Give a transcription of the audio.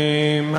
תודה לך,